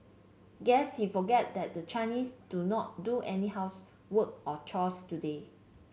guess he forgot that the Chinese do not do any housework or chores today